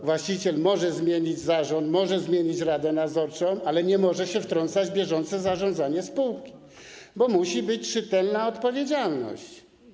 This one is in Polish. Właściciel może zmienić zarząd, może zmienić radę nadzorczą, ale nie może wtrącać się w bieżące zarządzanie spółki, bo musi być czytelna odpowiedzialność.